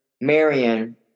Marion